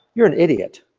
you're an idiot.